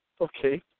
Okay